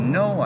no